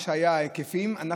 ההיקפים שהיו,